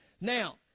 Now